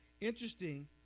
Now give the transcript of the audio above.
Interesting